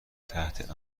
تحت